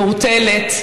מעורטלת,